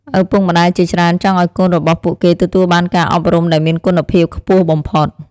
ឪពុកម្តាយជាច្រើនចង់ឱ្យកូនរបស់ពួកគេទទួលបានការអប់រំដែលមានគុណភាពខ្ពស់បំផុត។